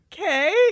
Okay